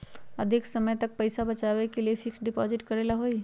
अधिक समय तक पईसा बचाव के लिए फिक्स डिपॉजिट करेला होयई?